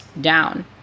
down